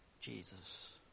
Jesus